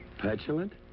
petulant?